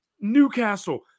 Newcastle